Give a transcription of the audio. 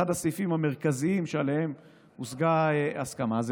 אחד הסעיפים המרכזיים שעליהם הושגה הסכמה זה